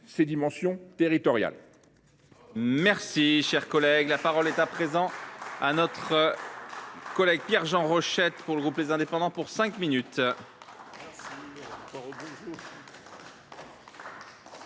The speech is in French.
ses dimensions territoriales.